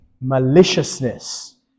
maliciousness